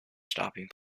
stopping